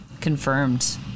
confirmed